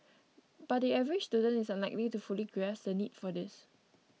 but the average student is unlikely to fully grasp the need for this